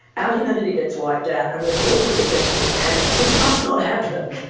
our humanity gets wiped out and we are filled with a sense of panic. this must not happen,